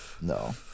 No